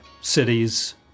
cities